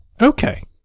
Okay